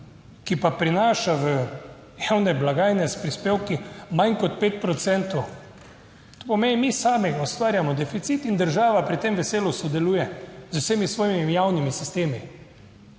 ki pa prinaša v javne blagajne s prispevki manj kot 5 procentov. To pomeni mi sami ustvarjamo deficit in država pri tem veselo sodeluje z vsemi svojimi javnimi sistemi.